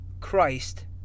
Christ